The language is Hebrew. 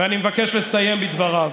ואני מבקש לסיים בדבריו.